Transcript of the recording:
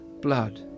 blood